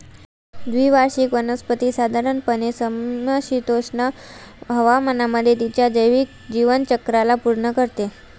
द्विवार्षिक वनस्पती साधारणपणे समशीतोष्ण हवामानामध्ये तिच्या जैविक जीवनचक्राला पूर्ण करते